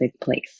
place